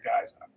guys